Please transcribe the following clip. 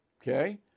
okay